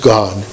God